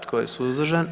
Tko je suzdržan?